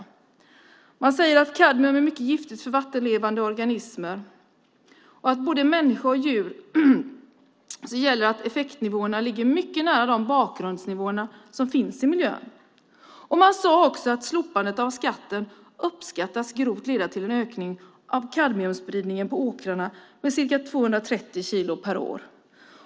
Vidare säger Kemikalieinspektionen att kadmium är mycket giftigt för vattenlevande organismer, och för både människor och djur gäller att effektnivåerna ligger mycket nära de bakgrundsnivåer som finns i miljön. Man säger också att slopandet av skatten grovt uppskattas leda till en ökning av kadmiumspridningen på åkrarna med ca 230 kilo per år.